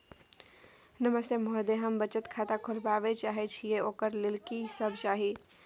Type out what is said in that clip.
नमस्ते महोदय, हम बचत खाता खोलवाबै चाहे छिये, ओकर लेल की सब चाही?